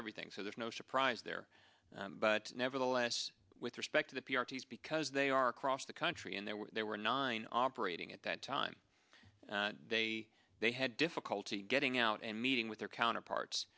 everything so there's no surprise there but nevertheless with respect to the parties because they are across the country and there were there were nine operating at that time they they had difficulty getting out and meeting with their counterparts